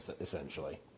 essentially